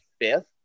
fifth